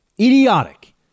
idiotic